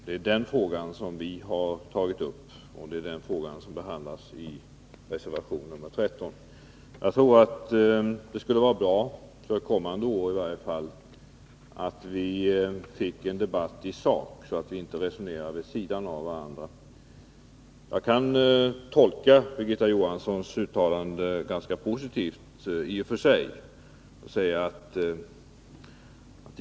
Det är den frågan som vi har tagit upp och som behandlas i reservation 13. Jag tror att det för kommande år skulle vara bra om vi fick en debatt i sak, så att vi inte resonerar förbi varandra. Jag kan i och för sig tolka Birgitta Johanssons uttalande ganska positivt.